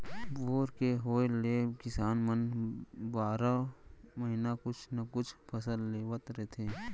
bore के होए ले किसान मन बारो महिना कुछु न कुछु फसल लेवत रहिथे